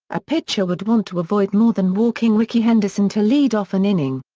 a pitcher would want to avoid more than walking rickey henderson to lead off an inning.